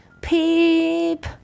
peep